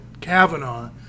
Kavanaugh